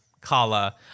Kala